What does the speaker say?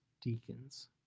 deacons